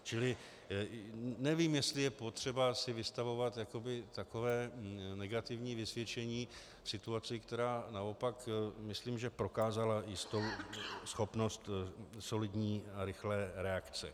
Čili nevím, jestli je potřeba si vystavovat jakoby takové negativní vysvědčení v situaci, která naopak prokázala jistou schopnost solidní a rychlé reakce.